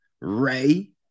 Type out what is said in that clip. Ray